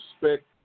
respect